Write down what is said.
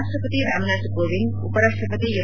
ರಾಷ್ಲಪತಿ ರಾಮನಾಥ್ ಕೋವಿಂದ್ ಉಪ ರಾಷ್ಲಪತಿ ಎಂ